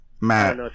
Matt